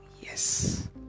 yes